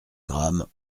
grammes